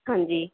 ਹਾਂਜੀ